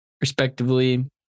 respectively